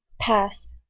pass.